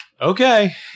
okay